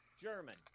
German